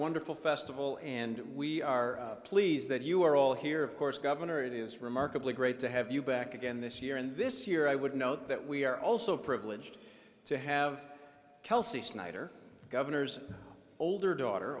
wonderful festival and we are pleased that you are all here of course governor it is remarkably great to have you back again this year and this year i would note that we are also privileged to have kelsey snyder the governor's older daughter